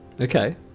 Okay